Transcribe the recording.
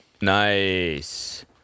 Nice